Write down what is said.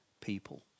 people